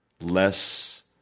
less